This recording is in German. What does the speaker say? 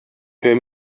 hör